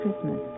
Christmas